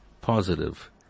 positive